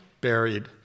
buried